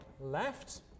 left